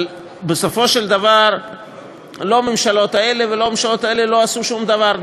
אבל בסופו של דבר לא הממשלות האלה ולא הממשלות האלה לא עשו שום דבר.